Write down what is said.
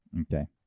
Okay